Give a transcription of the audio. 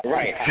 Right